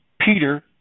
Peter